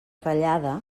ratllada